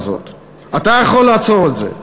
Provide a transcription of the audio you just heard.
אתה יכול לעצור את זה.